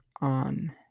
on